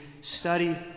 Study